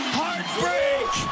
heartbreak